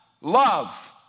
love